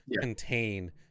contain